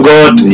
God